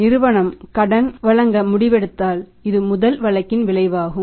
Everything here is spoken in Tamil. நிறுவனம் கடன் வழங்க முடிவெடுத்தால் இது முதல் வழக்கின் விளைவாகும்